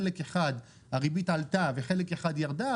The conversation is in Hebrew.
חלק אחד הריבית עלתה וחלק אחד ירדה,